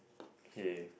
okay